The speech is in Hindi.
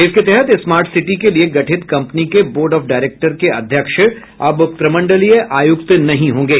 इसके तहत स्मार्ट सिटी के लिए गठित कंपनी के बोर्ड ऑफ डायरेक्टर के अध्यक्ष अब प्रमंडलीय आयुक्त नहीं होंगे